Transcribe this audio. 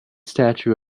statue